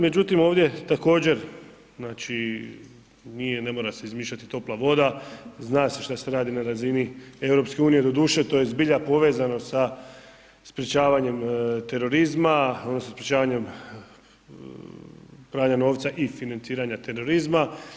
Međutim, ovdje također znači nije, ne mora se izmišljati topla voda, zna se šta se radi na razini EU, doduše to je zbilja povezano sa sprječavanjem terorizma odnosno sprječavanjem pranja novca i financiranja terorizma.